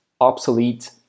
obsolete